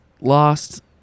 lost